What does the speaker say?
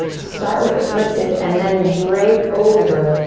start with it lifted and then drape over.